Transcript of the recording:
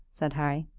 said harry.